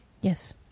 yes